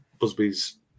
Busby's